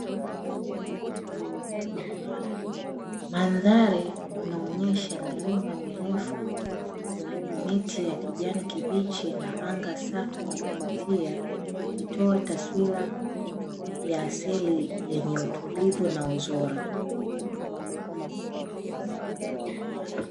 Mandhari inaonyesha milima mirefu, miti ya kijani kibichi na anga safi la kuvutia, likitoa taswira ya asili yenye utulivu na uzuri.